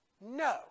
No